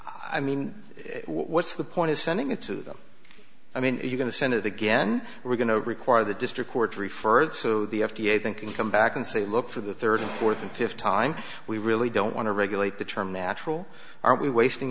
i mean what's the point of sending it to them i mean you're going to send it again we're going to require the district court referred so the f d a thinking to come back and say look for the third and fourth and fifth time we really don't want to regulate the term natural are we wasting